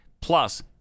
plus